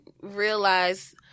realize